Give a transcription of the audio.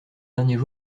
derniers